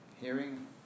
hearing